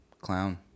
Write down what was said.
clown